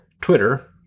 Twitter